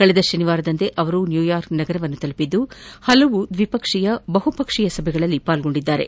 ಕಳೆದ ಶನಿವಾರವೇ ಅವರು ನ್ಯೂಯಾರ್ಕ್ ತಲುಪಿದ್ದು ಹಲವಾರು ದ್ವಿಪಕ್ಷೀಯ ಬಹುಪಕ್ಷೀಯ ಸಭೆಗಳಲ್ಲಿ ಪಾಲ್ಗೊಂಡಿದ್ದಾರೆ